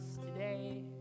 today